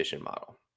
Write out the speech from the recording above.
model